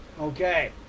Okay